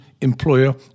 employer